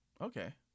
Okay